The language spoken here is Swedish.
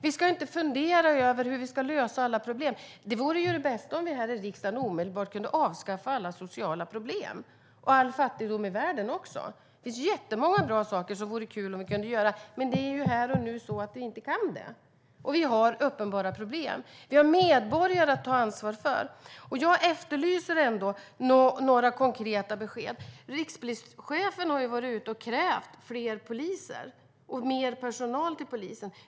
Vi ska inte fundera över hur vi ska lösa alla problem. Det bästa vore om vi här i riksdagen omedelbart kunde avskaffa alla sociala problem och all fattigdom i världen. Det finns många bra saker som det vore kul att göra, men det är här och nu så att vi inte kan. Det finns uppenbara problem. Det finns medborgare att ta ansvar för. Jag efterlyser ändå några konkreta besked. Rikspolischefen har krävt fler poliser och mer personal till polisen.